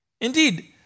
Indeed